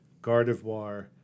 Gardevoir